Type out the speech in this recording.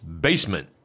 basement